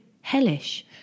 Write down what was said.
hellish